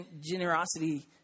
generosity